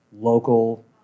local